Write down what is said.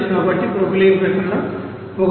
కాబట్టి ప్రొపైలీన్ ప్రకారం 1